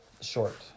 short